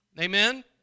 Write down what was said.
Amen